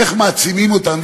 איך מעצימים אותן.